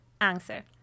answer